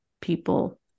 people